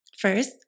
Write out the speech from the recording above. First